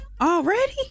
Already